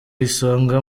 isonga